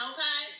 Okay